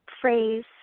phrase